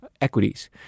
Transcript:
equities